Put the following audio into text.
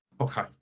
Okay